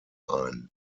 ein